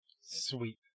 Sweet